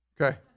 okay